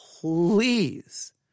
Please